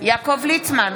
יעקב ליצמן,